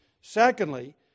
Secondly